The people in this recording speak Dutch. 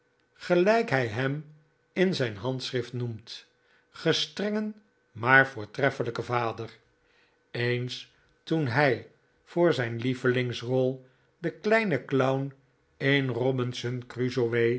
hi hem in zijn handschrift noemt gestrengen maar voortreffelijken vader eens toen hij voor zijn hevelingsrol den kleinen clown in robinson crusoe